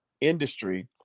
industry